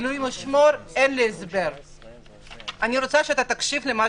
אין לי הסבר להבדל ביניהם.